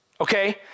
Okay